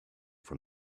from